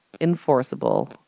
enforceable